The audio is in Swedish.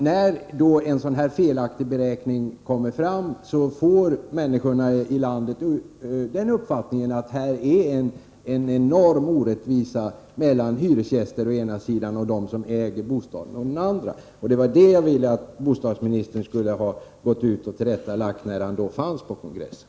När en sådan här felaktig beräkning kommer fram, får människorna uppfattningen att det här föreligger en enorm orättvisa mellan hyresgäster å ena sidan och dem som äger sin bostad å andra sidan. Det var det jag ville att bostadsministern skulle ha lagt till rätta på kongressen.